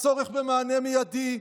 הצורך במענה מיידי,